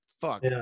Fuck